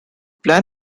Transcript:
plan